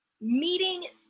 Meeting